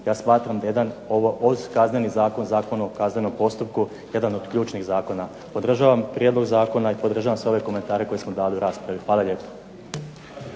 Ja smatram da je jedan ovo od kaznenih zakona, Zakon o kaznenom postupku, jedan od ključnih zakona. Podržavam prijedlog zakona i podržavam sve ove komentare koje smo dali u raspravi. Hvala lijepo.